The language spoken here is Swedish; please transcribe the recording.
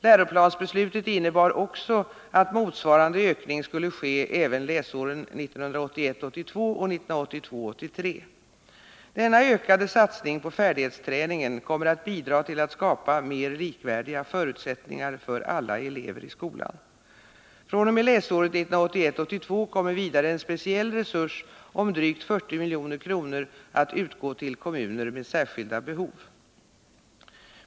Läroplansbeslutet innebar också att motsvarande ökning skulle ske även läsåren 1981 83. Denna ökade satsning på färdighetsträningen kommer att bidra till att skapa mer likvärdiga förutsättningar för alla elever i skolan. fr.o.m. läsåret 1981/82 kommer vidare en speciell resurs om drygt 40 milj.kr. att utgå till kommuner med särskilda behov.